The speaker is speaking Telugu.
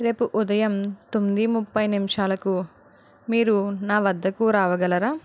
రేపు ఉదయం తొమ్మిది ముప్పై నిమిషాలకు మీరు నా వద్దకు రాగలరా